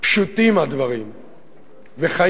פשוטים הדברים וחיים,